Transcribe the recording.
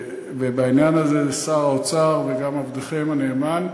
ובעניין הזה, זה שר האוצר וגם עבדכם הנאמן,